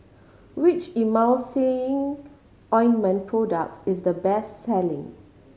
which Emulsying Ointment products is the best selling